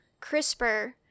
CRISPR-